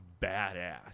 badass